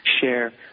share